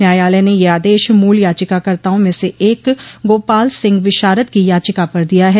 न्यायालय ने यह आदेश मूल याचिकाकर्ताओं में से एक गोपाल सिंह विषारद की याचिका पर दिया है